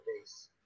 base